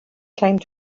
came